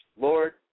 Lord